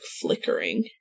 flickering